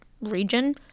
region